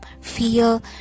feel